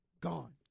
gone